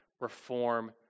reform